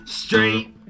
straight